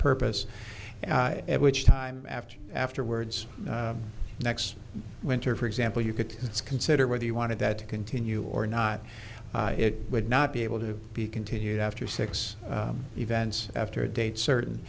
purpose which time after afterwards next winter for example you could consider whether you wanted that to continue or not it would not be able to be continued after six events after a date certain